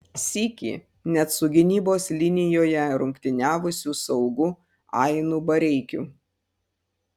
sykį net su gynybos linijoje rungtyniavusiu saugu ainu bareikiu